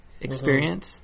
experience